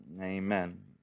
amen